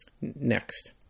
Next